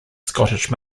scottish